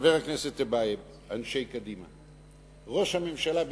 חבר הכנסת טיבייב, אנשי קדימה, ראש הממשלה אולמרט,